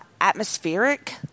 atmospheric